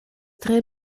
tre